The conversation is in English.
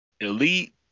elite